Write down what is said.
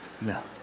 No